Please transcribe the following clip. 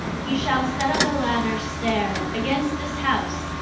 he shall set up a ladder-stair against this house,